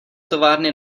továrny